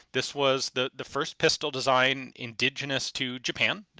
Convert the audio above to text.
this was the the first pistol design indigenous to japan,